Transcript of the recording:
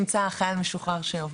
גם כאן אנחנו מגייסים עוד אנשים שיהיו